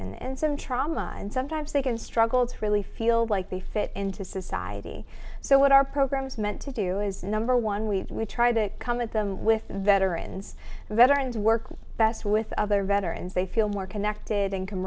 s d and some trauma and sometimes they can struggle to really feel like they fit into society so what are programs meant to do is number one we try to come at them with veterans and veterans works best with other veterans they feel more connected and ca